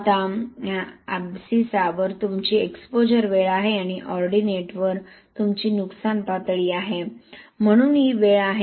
आता एबसिसा वर तुमची एक्सपोजर वेळ आहे आणि ऑरडीनेट वर तुमची नुकसान पातळी आहे म्हणून ही वेळ आहे